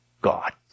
God